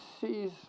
sees